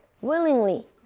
willingly